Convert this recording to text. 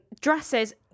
Dresses